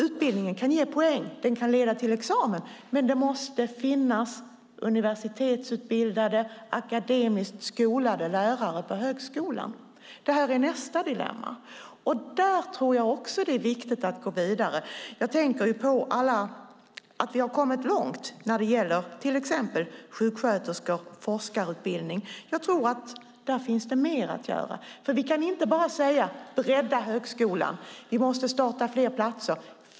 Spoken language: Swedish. Utbildningen kan ge poäng och leda till examen. Men det måste finnas universitetsutbildade och akademiskt skolade lärare på högskolan. Detta är nästa dilemma. Där tror jag att det är viktigt att gå vidare. Jag tänker på att vi har kommit långt när det gäller till exempel sjuksköterskor och forskarutbildning. Jag tror att det finns mer att göra där. Vi kan inte bara säga: Bredda högskolan - vi måste ha fler platser!